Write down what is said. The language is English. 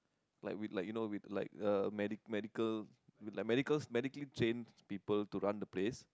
like with like you know with like uh medic~ medical with like medical medically trained people to run the place